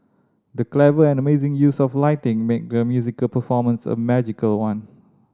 the clever and amazing use of lighting made the musical performance a magical one